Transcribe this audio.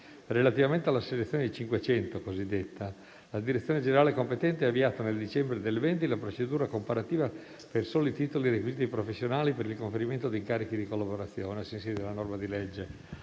Relativamente alla cosiddetta selezione dei 500, la direzione generale competente ha avviato - nel dicembre 2020 - la procedura comparativa per soli titoli e requisiti professionali per il conferimento di incarichi di collaborazione, ai sensi della norma di legge.